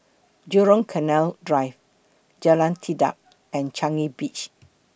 Jurong Canal Drive Jalan Tekad and Changi Beach